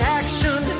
action